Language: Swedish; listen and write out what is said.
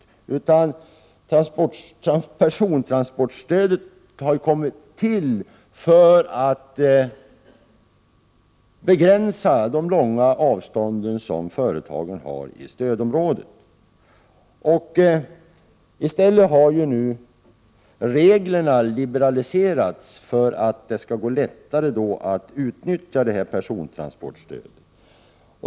Detta stöd har tillkommit för att underlätta för företagen med tanke på de långa avstånden i stödområdet. I stället har nu reglerna liberaliserats för att det skall gå lättare att utnyttja persontransportstödet.